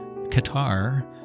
qatar